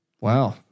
Wow